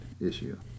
issue